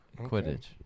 Quidditch